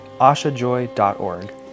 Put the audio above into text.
ashajoy.org